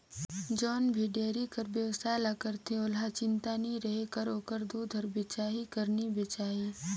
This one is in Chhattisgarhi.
जउन भी डेयरी कर बेवसाय ल करथे ओहला चिंता नी रहें कर ओखर दूद हर बेचाही कर नी बेचाही